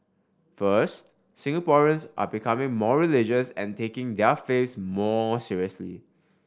first Singaporeans are becoming more religious and taking their faiths more seriously